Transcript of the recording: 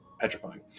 petrifying